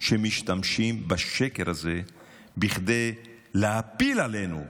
שמשתמשים בשקר הזה כדי להפיל עלינו ולהגיד: